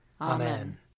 Amen